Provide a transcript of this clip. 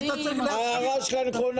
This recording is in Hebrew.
ההערה שלך נכונה.